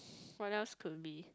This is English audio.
what else could it be